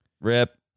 Rip